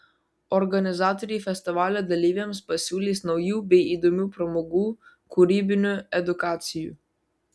organizatoriai festivalio dalyviams pasiūlys naujų bei įdomių pramogų kūrybinių edukacijų